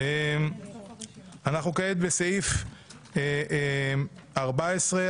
אנחנו כעת בסעיף 14,